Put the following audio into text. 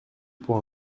pour